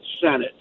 Senate